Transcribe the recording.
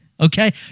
Okay